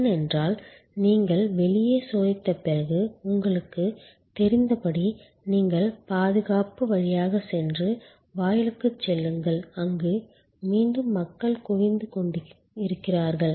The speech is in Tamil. ஏனென்றால் நீங்கள் வெளியே சோதித்த பிறகு உங்களுக்குத் தெரிந்தபடி நீங்கள் பாதுகாப்பு வழியாகச் சென்று வாயிலுக்குச் செல்லுங்கள் அங்கு மீண்டும் மக்கள் குவிந்து கொண்டிருக்கிறார்கள்